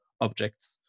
objects